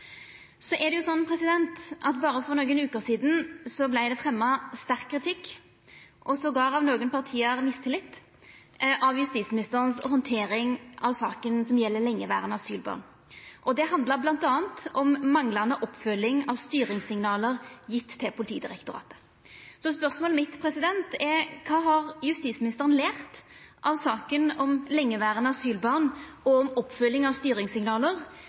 Så er det slik at for berre nokre veker sidan vart det fremja sterk kritikk – av nokre parti til og med mistillit – av justisministerens handtering av saka som gjeld lengeverande asylbarn. Det handla bl.a. om manglande oppfølging av styringssignal gjeve til Politidirektoratet. Spørsmålet mitt er: Kva har justisministeren lært av saka om lengeverande asylbarn og om oppfølging av